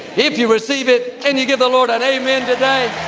if you receive it, can you give the lord an amen today?